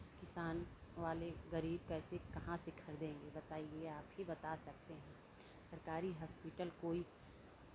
किसान वाले गरीब कैसे कहाँ से खरीदेंगे बताइए आप ही बता सकते हैं सरकारी हॉस्पिटल कोई